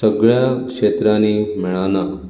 सगळ्या क्षेत्रांनी मेळना